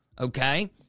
Okay